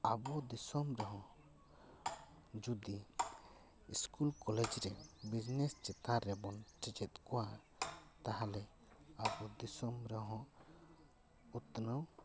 ᱟᱵᱚ ᱫᱤᱥᱚᱢ ᱨᱮᱦᱚᱸ ᱡᱩᱫᱤ ᱥᱠᱩᱞ ᱠᱚᱞᱮᱡᱽ ᱨᱮ ᱵᱤᱡᱽᱱᱮᱥ ᱪᱮᱛᱟᱱ ᱨᱮᱵᱚᱱ ᱥᱮᱪᱮᱫ ᱠᱚᱣᱟ ᱛᱟᱦᱚᱞᱮ ᱟᱵᱚ ᱫᱤᱥᱚᱢ ᱨᱮᱦᱚᱸ ᱩᱛᱱᱟᱹᱣ